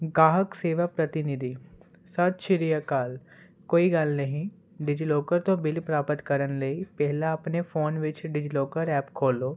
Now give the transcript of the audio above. ਗਾਹਕ ਸੇਵਾ ਪ੍ਰਤੀਨਿਧੀ ਸਤਿ ਸ੍ਰੀ ਅਕਾਲ ਕੋਈ ਗੱਲ ਨਹੀਂ ਡਿਜੀ ਲੋਕਰ ਤੋਂ ਬਿਲ ਪ੍ਰਾਪਤ ਕਰਨ ਲਈ ਪਹਿਲਾ ਆਪਣੇ ਫੋਨ ਵਿੱਚ ਡਿਜਲੋਕਰ ਐਪ ਖੋਲੋ